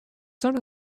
son